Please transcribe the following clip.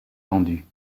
tendue